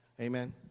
amen